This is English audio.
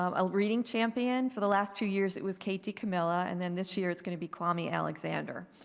ah a reading champion for the last two years, it was kate dicamillo and then this year it's going to be kwame alexander.